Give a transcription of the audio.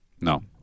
No